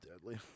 deadly